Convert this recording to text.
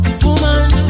woman